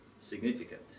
significant